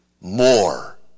more